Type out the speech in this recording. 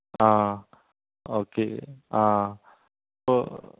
ஆ okay ஆ ஓ